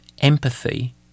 empathy